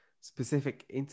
Specific